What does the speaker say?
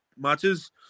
matches